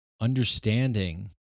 understanding